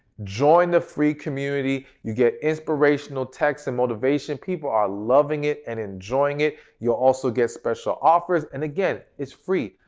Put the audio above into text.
join the free community, you get inspirational text and motivation. people are loving it and enjoying it you'll also get special offers and again, it's free.